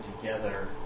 together